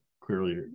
clearly